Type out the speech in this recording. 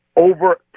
over